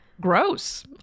gross